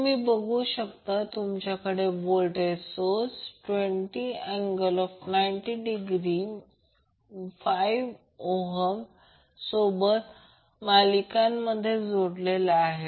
तुम्ही बघू शकता तुमच्याकडे व्होल्टेज सोर्स 20∠ 90° 5 ohm सोबत मालिकांमध्ये जोडलेला आहे